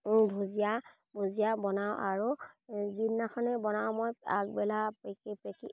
ভুজিয়া ভুজিয়া বনাওঁ আৰু যিদিনাখনেই বনাওঁ মই আগবেলা পেকি পেকিং